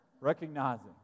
recognizing